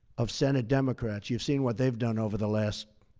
of senate democrats. you've seen what they've done over the last